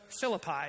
Philippi